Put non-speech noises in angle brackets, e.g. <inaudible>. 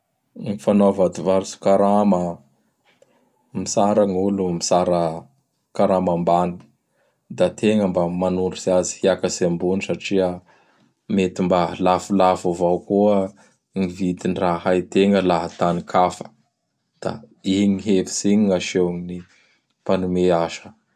Gn fanaova adivarotsy karama! Mitsara gn' olo, mitsara karama ambany. Da tegna mba manondrotsy azy hiakatsy ambony satria mety mba lafolafo avao koa gn vidy ny raha haitegna laha <noise> atanin-kafa. Da igny hevitsy igny gn' aseho gn ny mpanome asa. <noise>